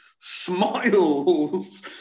smiles